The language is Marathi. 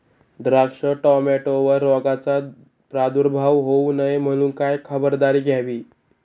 द्राक्ष, टोमॅटोवर रोगाचा प्रादुर्भाव होऊ नये म्हणून काय खबरदारी घ्यावी?